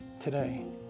today